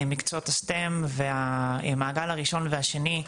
מקצועות הסטם והמעגל הראשון והשני,